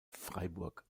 freiburg